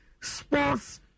sports